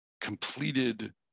completed